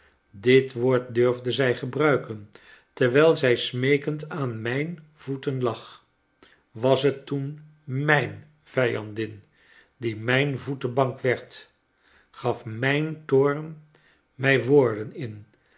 dit woord durfde zij gebruiken terwijl zij smeekend aan mijn voeten lag was het toen mijn vijandin die mijn voetbank werd gaf m ij n toorn mij woorden in